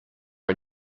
are